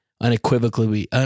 unequivocally